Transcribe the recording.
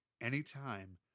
Anytime